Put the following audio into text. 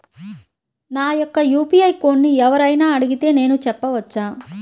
నా యొక్క యూ.పీ.ఐ కోడ్ని ఎవరు అయినా అడిగితే నేను చెప్పవచ్చా?